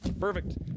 Perfect